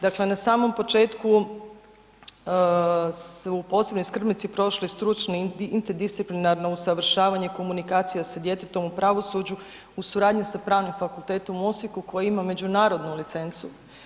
Dakle na samom početku su posebni skrbnici prošli stručni interdisciplinarno usavršavanje komunikacija sa djetetom u pravosuđu u suradnji sa Pravnim fakultetom u Osijeku koji ima međunarodnu licencu.